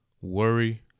worry